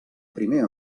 primer